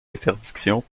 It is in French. interdiction